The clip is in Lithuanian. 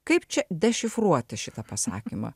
kaip čia dešifruoti šitą pasakymą